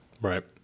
Right